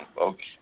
Okay